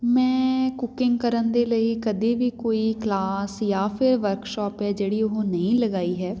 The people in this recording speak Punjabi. ਮੈਂ ਕੁਕਿੰਗ ਕਰਨ ਦੇ ਲਈ ਕਦੇ ਵੀ ਕੋਈ ਕਲਾਸ ਜਾਂ ਫਿਰ ਵਰਕਸ਼ੋਪ ਹੈ ਜਿਹੜੀ ਉਹ ਨਹੀਂ ਲਗਾਈ ਹੈ